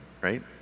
right